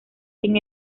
sin